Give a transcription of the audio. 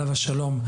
עליו השלום,